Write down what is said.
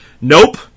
Nope